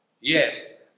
Yes